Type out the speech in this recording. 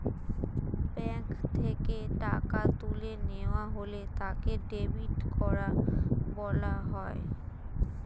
bank থেকে টাকা তুলে নেওয়া হলে তাকে ডেবিট করা বলা হয়